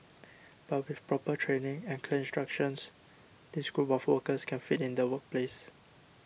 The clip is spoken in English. but with proper training and clear instructions this group of workers can fit in the workplace